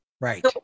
Right